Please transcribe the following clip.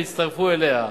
ויצטרפו אליה.